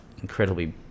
incredibly